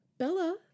Bella